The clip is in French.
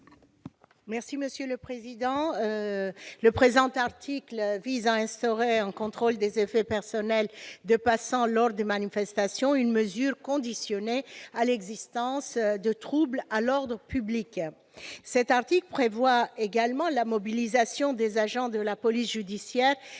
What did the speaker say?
Benbassa, sur l'article. Le présent article vise à instaurer un contrôle des effets personnels des passants lors des manifestations. Il s'agit d'une mesure conditionnée à l'existence de troubles à l'ordre public. Cet article prévoit également la mobilisation des agents de la police judiciaire